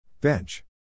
Bench